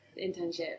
internship